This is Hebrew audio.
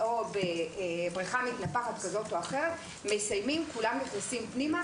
בבריכה וכולם נכנסים פנימה,